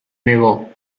negó